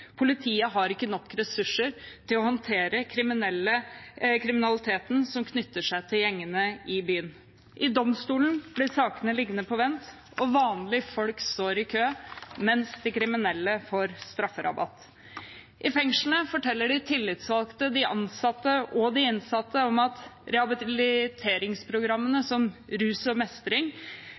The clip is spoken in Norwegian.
Politiet har ikke nok ressurser til å håndtere kriminaliteten som knytter seg til gjengene i byen. I domstolen blir sakene liggende på vent, og vanlige folk står i kø, mens de kriminelle får strafferabatt. I fengslene forteller de tillitsvalgte, de ansatte og de innsatte om at rehabiliteringsprogrammene om rus og mestring